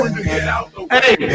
Hey